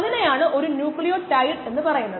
അതിനാൽനമ്മൾ പിന്തുടർന്ന പഴയ രീതി ഇതുപോലെയായിരുന്നു